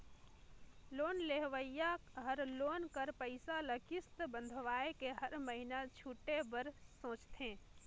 loan लेहोइया हर loan कर पइसा ल किस्त बंधवाए के हर महिना छुटे बर सोंचथे